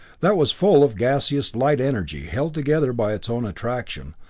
that was full of gaseous light-energy held together by its own attraction,